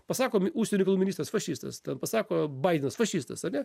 pasako mi užsienio reikalų ministras fašistas ten pasako baidenas fašistas ane